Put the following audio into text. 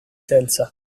senza